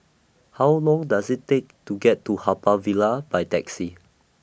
How Long Does IT Take to get to Haw Par Villa By Taxi